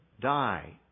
die